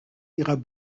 ihrer